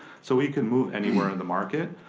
so we can move anywhere in the market.